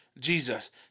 Jesus